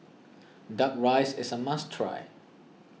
Duck Rice is a must try